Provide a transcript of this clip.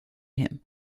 him